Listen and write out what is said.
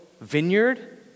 vineyard